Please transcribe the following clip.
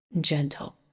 gentle